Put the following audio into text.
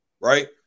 right